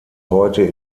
heute